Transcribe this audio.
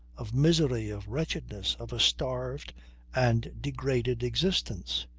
of misery, of wretchedness, of a starved and degraded existence.